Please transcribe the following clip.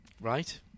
Right